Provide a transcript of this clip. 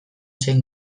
zen